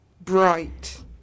bright